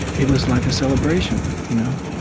it was like a celebration. you know,